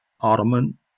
Ottoman